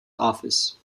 office